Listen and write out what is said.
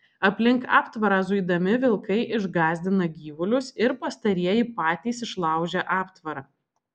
aplink aptvarą zuidami vilkai išgąsdina gyvulius ir pastarieji patys išlaužia aptvarą